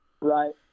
Right